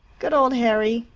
good old harry!